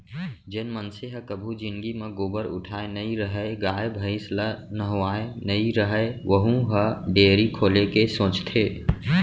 जेन मनसे ह कभू जिनगी म गोबर उठाए नइ रहय, गाय भईंस ल नहवाए नइ रहय वहूँ ह डेयरी खोले के सोचथे